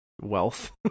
wealth